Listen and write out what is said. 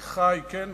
"אחי", כן,